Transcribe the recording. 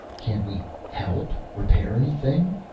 can't we help repair anything?